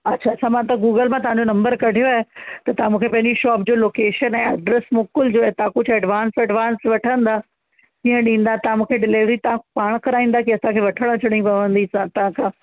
अच्छा अच्छा मां त गूगल मां तव्हांजो नम्बर कढियो ऐं त तव्हां मूंखे पंहिंजी शॉप जो लोकेशन ऐं एड्रेस मोकिलजो ऐं तव्हां कुझु एडवांस वेडवांस वठंदा कीअं ॾींदा तव्हां मूंखे डिलीवरी तव्हां पाण कराईंदा की असांखे वठण अचणी पवंदी त तव्हां खां